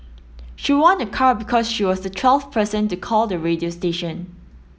she won a car because she was the twelfth person to call the radio station